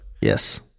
Yes